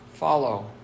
Follow